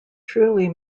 truly